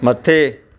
मथे